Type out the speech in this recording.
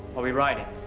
are we riding?